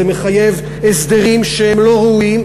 זה מחייב הסדרים שהם לא ראויים,